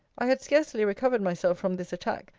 i had scarcely recovered myself from this attack,